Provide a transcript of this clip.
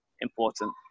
important